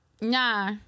Nah